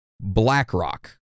BlackRock